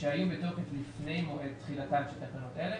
ושהיו בתוקף לפני מועד תחילתן של תקנות אלה,